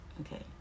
okay